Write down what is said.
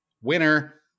winner